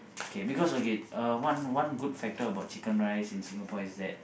K because okay uh one good factor about chicken-rice in Singapore is that